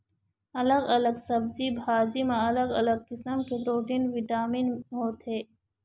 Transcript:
अलग अलग सब्जी भाजी म अलग अलग किसम के प्रोटीन, बिटामिन होथे